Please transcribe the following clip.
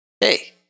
Hey